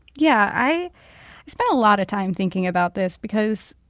yeah. i spent a lot of time thinking about this because